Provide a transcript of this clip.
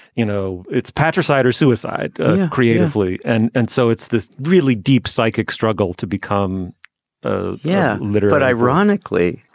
you know, it's patricide or suicide creatively. and and so it's this really deep psychic struggle to become ah yeah, laterite. ironically,